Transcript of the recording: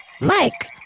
Mike